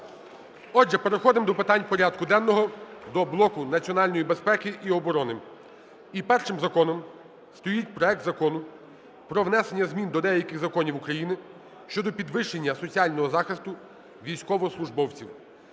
Отже, переходимо до питань порядку денного, до блоку національної безпеки і оборони. І першим законом стоїть проект Закону про внесення змін до деяких законів України щодо підвищення соціального захисту військовослужбовців